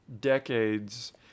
decades